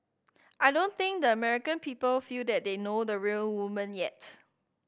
I don't think the American people feel that they know the real woman yet